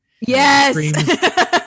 yes